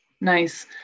Nice